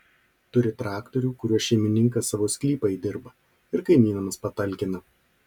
turi traktorių kuriuo šeimininkas savo sklypą įdirba ir kaimynams patalkina